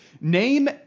Name